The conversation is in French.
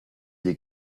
des